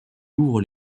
ouvre